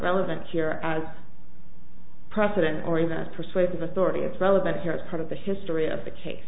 relevant here as precedent or even persuasive authority it's relevant here as part of the history of the case